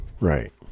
Right